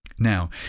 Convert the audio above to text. Now